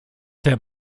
der